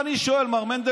לא קיבלתי שום משימה.